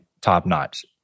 top-notch